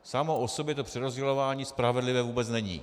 Samo o sobě to přerozdělování spravedlivé vůbec není.